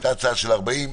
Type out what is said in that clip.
הייתה הצעה של 40,